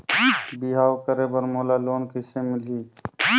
बिहाव करे बर मोला लोन कइसे मिलही?